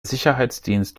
sicherheitsdienst